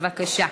בבקשה.